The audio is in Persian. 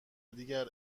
دیگر